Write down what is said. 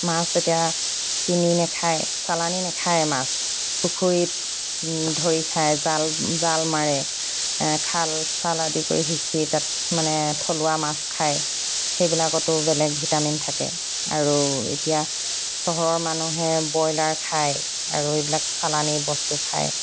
মাছ এতিয়া কিনি নাখায় চালানি নাখায় মাছ পুখুৰীত ধৰি খায় জাল জাল মাৰে খাল চাল আদি কৰি সিঁচি তাত মানে থলুৱা মাছ খায় সেইবিলাকতো বেলেগ ভিটামিন থাকে আৰু এতিয়া চহৰৰ মানুহে ব্ৰইলাৰ খায় আৰু এইবিলাক চালানি বস্তু খায়